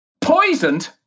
Poisoned